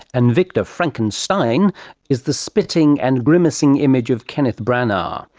and victor frankenstein is the spitting and grimacing image of kenneth branagh. ah